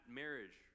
marriage